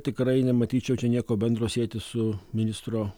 tikrai nematyčiau čia nieko bendro sieti su ministro